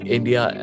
India